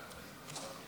להעביר